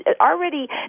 already